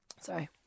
Sorry